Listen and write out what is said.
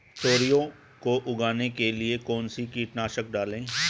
तोरियां को उगाने के लिये कौन सी कीटनाशक डालें?